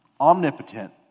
omnipotent